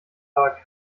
aber